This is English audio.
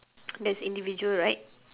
that is individual right